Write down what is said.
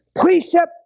precept